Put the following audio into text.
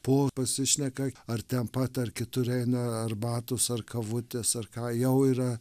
po pasišneka ar ten pat ar kitur eina arbatos ar kavutės ar ką jau yra